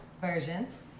versions